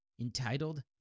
entitled